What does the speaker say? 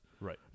Right